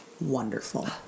wonderful